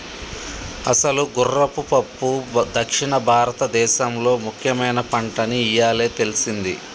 అసలు గుర్రపు పప్పు దక్షిణ భారతదేసంలో ముఖ్యమైన పంటని ఇయ్యాలే తెల్సింది